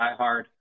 diehard